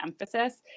emphasis